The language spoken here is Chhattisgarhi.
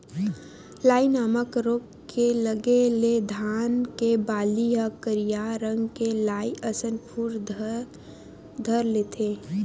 लाई नामक रोग के लगे ले धान के बाली ह करिया रंग के लाई असन फूट बर धर लेथे